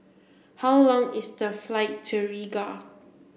how long is the flight to Riga